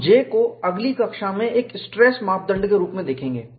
हम J को अगली कक्षा में एक स्ट्रेस मापदंड के रूप में देखेंगे